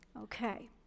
Okay